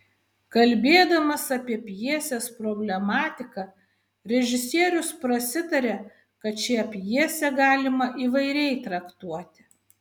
kalbėdamas apie pjesės problematiką režisierius prasitaria kad šią pjesę galima įvairiai traktuoti